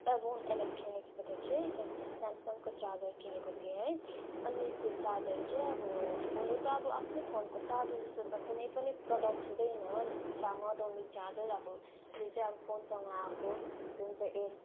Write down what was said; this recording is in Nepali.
एभोन एलोक्ट्रोनिक्सबाट चाहिँ एउटा स्यामसङको चार्जर किनेको थिएँ है अनि त्यो चार्जर चाहिँ अब हुनु त अब आफ्नै फोनको चार्जर जस्तो त कुनै पनि प्रडक्ट हुँदैन नट अनली चार्जर जुन चाहिँ अब फोनसँग आएको जुन चाहिँ एयर